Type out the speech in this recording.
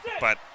but-